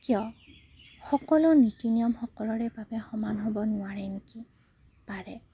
কিয় সকলো নীতি নিয়ম সকলোৰে বাবে সমান হ'ব নোৱাৰে নেকি পাৰে